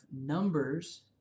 numbers